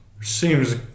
Seems